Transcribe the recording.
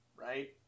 right